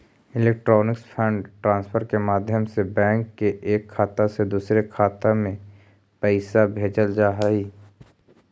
electronic fund transfer के माध्यम से बैंक के एक खाता से दूसर खाते में पैइसा भेजल जा हइ